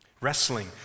Wrestling